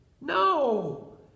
No